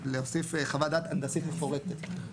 להוסיף חוות דעת הנדסית מפורטת,